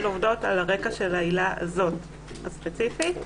עובדות על הרקע של העילה הספציפית הזאת.